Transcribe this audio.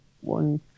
one